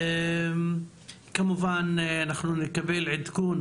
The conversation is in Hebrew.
כמובן שנקבל עדכון